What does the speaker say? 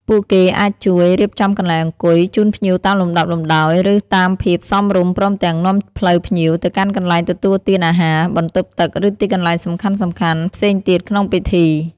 ពួកគេអាចជួយ រៀបចំកន្លែងអង្គុយ ជូនភ្ញៀវតាមលំដាប់លំដោយ ឬតាមភាពសមរម្យ ព្រមទាំង នាំផ្លូវភ្ញៀវ ទៅកាន់កន្លែងទទួលទានអាហារ បន្ទប់ទឹក ឬទីកន្លែងសំខាន់ៗផ្សេងទៀតក្នុងពិធី។